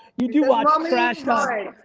you do watch um trash talk.